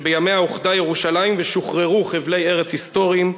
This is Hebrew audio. שבימיה אוחדה ירושלים ושוחררו חבלי ארץ היסטוריים,